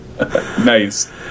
Nice